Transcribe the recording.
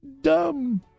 dumb